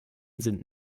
sind